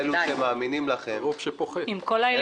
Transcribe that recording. עם כל האליטות שתומכות בהם ועוזרות להם.